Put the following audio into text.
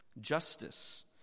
Justice